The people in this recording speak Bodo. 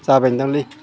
जाबाय दां लै